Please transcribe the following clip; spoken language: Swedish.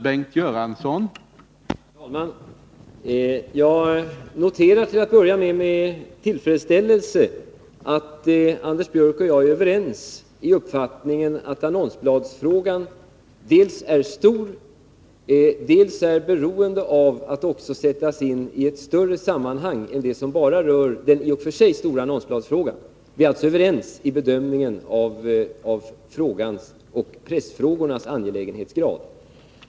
Herr talman! Jag noterar med tillfredsställelse att Anders Björck och jag är överens i uppfattningen att annonsbladsfrågan dels är stor, dels är beroende avatt sättas in i ett större sammanhang än det som bara rör annonsbladen. Vi är alltså överens i bedömningen av denna frågas och pressfrågornas angelägenhetsgrad.